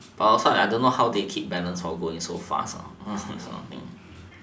but outside I don't know how they keep balance for going so fast this kind of thing